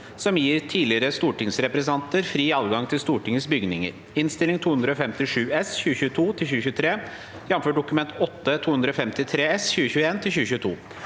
som gir tidligere stortingsrepresentanter fri adgang til Stortingets bygninger (Innst. 257 S (2022–2023), jf. Dokument 8:253 S (2021–2022))